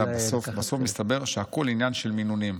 בסוף מסתבר שהכול עניין של מינונים.